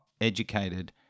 educated